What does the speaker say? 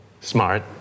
smart